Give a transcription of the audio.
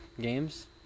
games